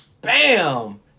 Bam